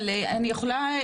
אבל אני יכולה,